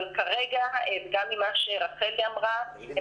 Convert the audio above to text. אבל כרגע גם עם ממה שרחלי אמרה הם